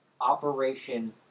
operation